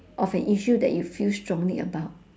of an issue that you feel strongly about